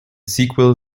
sequel